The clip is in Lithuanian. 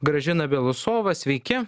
gražina bielousova sveiki